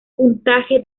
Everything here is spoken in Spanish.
puntaje